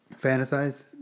fantasize